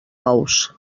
ous